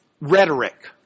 rhetoric